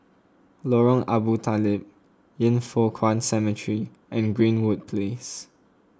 Lorong Abu Talib Yin Foh Kuan Cemetery and Greenwood Place